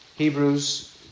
Hebrews